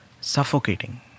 suffocating